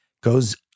Goes